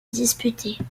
disputées